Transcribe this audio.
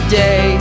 day